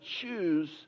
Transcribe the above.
choose